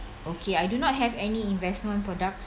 okay I do not have any investment products